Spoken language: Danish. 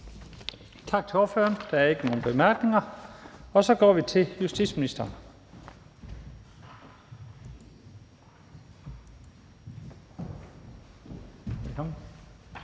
Tak til ordføreren. Der er ikke nogen korte bemærkninger, og så går vi over til justitsministeren.